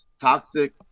toxic